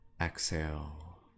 Exhale